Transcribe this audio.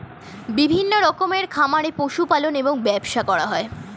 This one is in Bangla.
বিভিন্ন রকমের খামারে পশু পালন এবং ব্যবসা করা হয়